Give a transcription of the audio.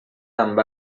amb